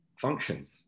functions